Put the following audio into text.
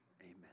Amen